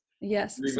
Yes